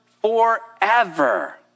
forever